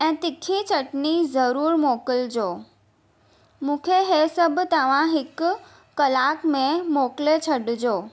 ऐं तिखी चटनी ज़रूरु मोकिलजो मूंखे इहे सभु तव्हां हिक कलाक में मोकिले छॾिजो